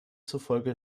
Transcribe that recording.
zufolge